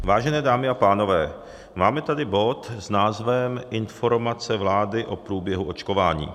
Vážené dámy a pánové, máme tady bod s názvem Informace vlády o průběhu očkování.